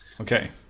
Okay